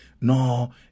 no